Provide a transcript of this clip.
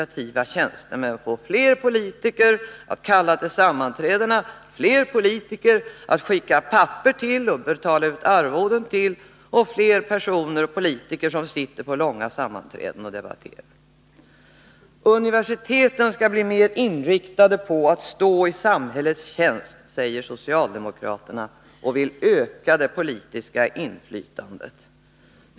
fler politiker att kalla till sammanträden, fler politiker att skicka papper till och betala ut arvoden till och fler politiker och andra som sitter med på långa sammanträden och debatterar? Universiteten skall bli mer inriktade på att stå i samhällets tjänst, säger socialdemokraterna. De vill öka det politiska inflytandet.